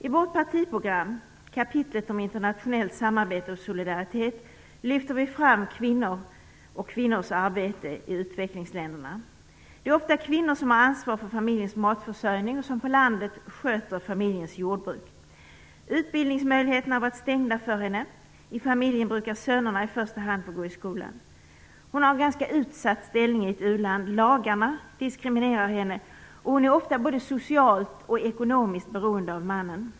I vårt partiprogram, kapitlet om internationellt samarbete och solidaritet, lyfter vi fram kvinnor och kvinnors arbete i utvecklingsländerna. Det är ofta kvinnor som har ansvar för familjens matförsörjning och som på landet sköter familjens jordbruk. Utbildningsmöjligheterna har varit stängda för henne; i familjen brukar sönerna i första hand få gå i skolan. Hon har en ganska utsatt ställning i ett u-land. Lagarna diskriminerar henne, och hon är ofta både socialt och ekonomiskt beroende av mannen.